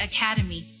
Academy